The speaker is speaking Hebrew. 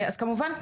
אז כמובן,